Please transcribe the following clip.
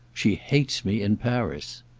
she hates me in paris.